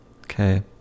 Okay